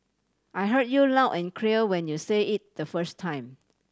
I heard you loud and clear when you said it the first time